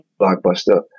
blockbuster